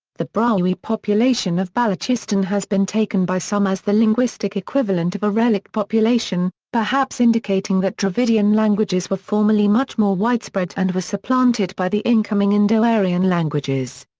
the brahui population of balochistan has has been taken by some as the linguistic equivalent of a relict population, perhaps indicating that dravidian languages were formerly much more widespread and were supplanted by the incoming indo-aryan languages.